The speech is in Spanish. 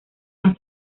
más